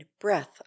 breath